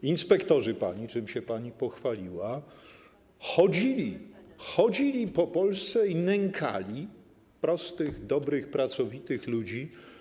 Pani inspektorzy, czym się pani pochwaliła, chodzili po Polsce i nękali prostych, dobrych, pracowitych ludzi.